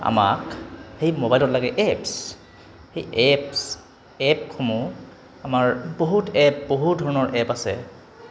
আমাক সেই মোবাইলত লাগে এপছ সেই এপছ এপসমূহ আমাৰ বহুত এপ বহু ধৰণৰ এপ আছে